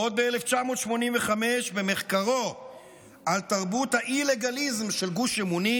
עוד ב-1985 במחקרו על תרבות האי-לגליזם של גוש אמונים